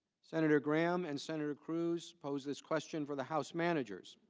senator graham and senator cruise post this question for the house managers.